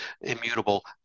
immutable